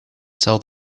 tell